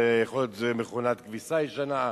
זה מכונת כביסה ישנה,